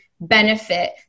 benefit